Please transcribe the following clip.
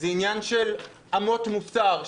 זה עניין של אמות מוסר,